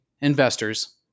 investors